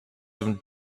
dem